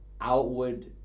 outward